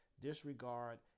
disregard